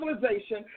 civilization